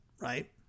right